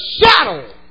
shadow